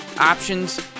options